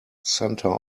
center